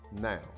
now